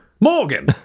Morgan